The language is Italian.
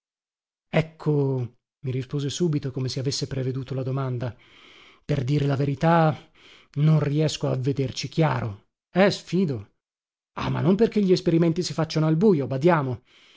ecco mi rispose subito come se avesse preveduto la domanda per dire la verità non riesco a vederci chiaro eh sfido ah ma non perché gli esperimenti si facciano al bujo badiamo